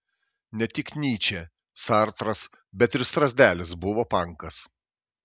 ne tik nyčė sartras bet ir strazdelis buvo pankas